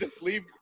leave